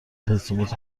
تصمیمات